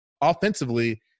Offensively